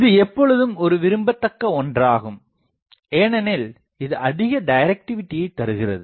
இது எப்பொழுதும் ஒரு விரும்பத்தக்க ஒன்றாகும் ஏனெனில் இது அதிக டைரக்டிவிடியை தருகிறது